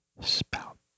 spout